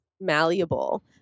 malleable